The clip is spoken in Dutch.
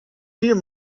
vier